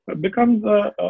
becomes